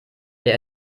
der